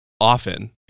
often